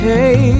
Hey